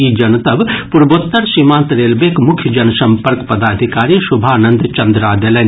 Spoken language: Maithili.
ई जनतब पूर्वोत्तर सीमांत रेलवेक मुख्य जनसम्पर्क पदाधिकारी शुभानंद चद्रा देलनि